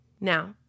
now